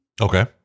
Okay